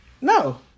no